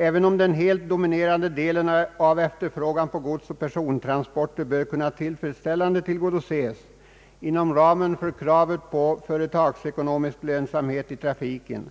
Även om den helt dominerande delen av efterfrågan på godsoch persontransporter borde kunna tillfredsställande tillgodoses inom ramen för kravet på företagsekonomisk lönsamhet i trafiken